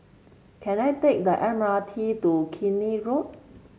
can I take the M R T to Keene Road